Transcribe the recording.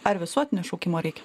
ar visuotinio šaukimo reikia